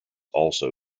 also